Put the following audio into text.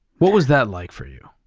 what was that like for you?